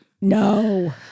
No